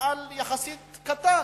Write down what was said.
מפעל יחסית קטן,